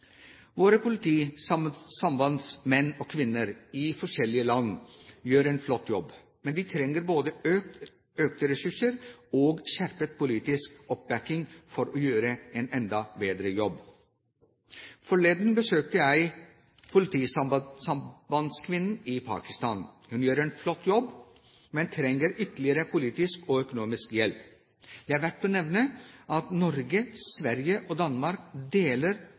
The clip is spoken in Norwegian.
og -kvinner i forskjellige land gjør en flott jobb, men de trenger både økte ressurser og skjerpet politisk oppbakking for å gjøre en enda bedre jobb. Forleden besøkte jeg politisambandskvinnen i Pakistan. Hun gjør en flott jobb, men trenger ytterligere politisk og økonomisk hjelp. Det er verdt å nevne at Norge, Sverige og Danmark deler